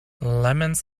lemons